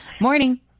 Morning